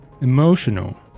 Emotional